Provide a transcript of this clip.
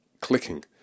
clicking